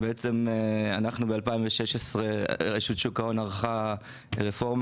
בשנת 2016 רשות שוק ההון ערכה רפורמה